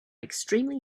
extremely